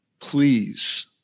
please